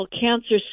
Cancer